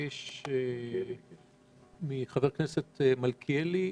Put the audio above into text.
חבר הכנסת מלכיאלי,